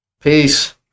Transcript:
peace